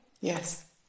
Yes